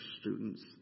students